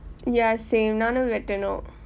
ya same நானும் வெட்டணும் :naanum vettanum